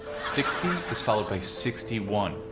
sixty is followed by sixty one,